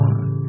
One